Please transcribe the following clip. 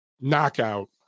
knockout